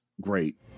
great